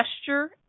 gesture